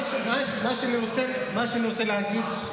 מה שאני רוצה להגיד,